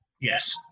Yes